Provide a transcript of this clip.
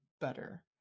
better